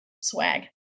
swag